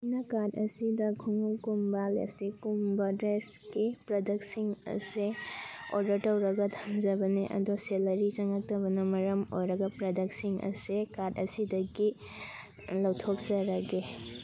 ꯑꯩꯅ ꯀꯥꯔꯗ ꯑꯁꯤꯗ ꯈꯨꯃꯨꯛꯀꯨꯝꯕ ꯂꯤꯞꯁꯇꯤꯛꯀꯨꯝꯕ ꯗ꯭ꯔꯦꯁꯀꯤ ꯄ꯭ꯔꯣꯗꯛꯁꯤꯡ ꯑꯁꯦ ꯑꯣꯔꯗꯔ ꯇꯧꯔꯒ ꯊꯝꯖꯕꯅꯦ ꯑꯗꯣ ꯁꯦꯂꯔꯤ ꯆꯪꯉꯛꯇꯕꯅ ꯃꯔꯝ ꯑꯣꯏꯔꯒ ꯄ꯭ꯔꯣꯗꯛꯁꯤꯡ ꯑꯁꯦ ꯀꯥꯔꯗ ꯑꯁꯤꯗꯒꯤ ꯂꯧꯊꯣꯛꯆꯔꯒꯦ